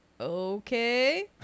okay